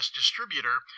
distributor